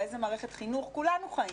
באיזה מערכת חינוך כולנו חיים.